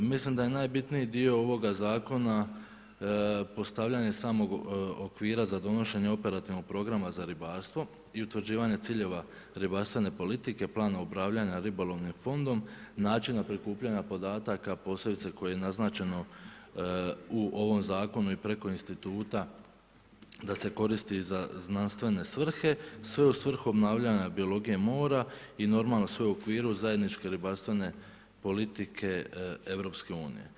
Mislim da je najbitniji dio ovoga zakona, postavljanje samog okvira za donošenje operativnog programa za ribarstvo i utvrđivanja ciljeva ribarstvena politike, planom upravljanja ribolovnim fondom, načina prikupljanja podataka, posebice, koje je naznačeno u ovom zakonu i preko instituta, da se koristi za znanstvene svrhe, sve u svrhu obnavljanja biologije mora i normalno sve u okviru zajedničke ribarstvene politike EU.